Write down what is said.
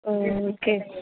okay